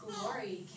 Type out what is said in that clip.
glory